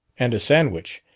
and a sandwich.